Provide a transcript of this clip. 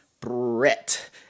brett